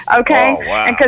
Okay